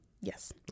Yes